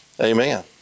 Amen